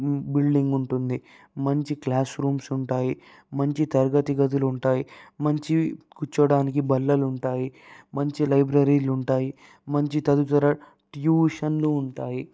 building ఉంటుంది మంచి classrooms ఉంటాయి మంచి తరగతి గదులు ఉంటాయి మంచి కూర్చోవడానికి బల్లలు ఉంటాయి మంచి లైబ్రరీలు ఉంటాయి మంచి తదితర ట్యూషన్లు ఉంటాయి